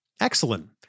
Excellent